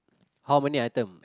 how many item